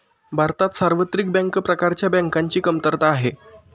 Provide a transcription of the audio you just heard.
भारतात सार्वत्रिक बँक प्रकारच्या बँकांची कमतरता आहे